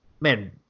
man